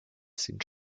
sind